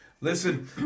Listen